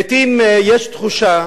לעתים יש תחושה